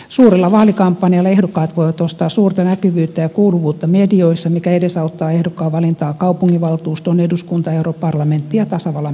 suurella vaalikampanjalla ehdokkaat voivat ostaa suurta näkyvyyttä ja kuuluvuutta medioissa mikä edesauttaa ehdokkaan valintaa kaupunginvaltuustoon eduskuntaan europarlamenttiin ja tasavallan presidentiksi